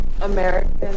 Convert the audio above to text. American